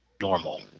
normal